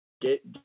get